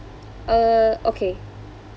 uh okay